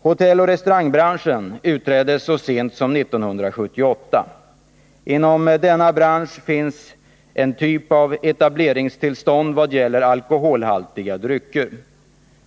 Hotelloch restaurangbranschen utreddes så sent som 1978. Inom denna bransch finns en typ av etableringstillstånd vad gäller alkoholhaltiga drycker.